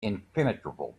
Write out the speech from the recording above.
impenetrable